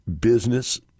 business